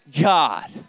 God